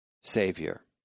Savior